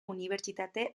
unibertsitate